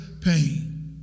pain